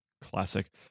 Classic